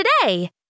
today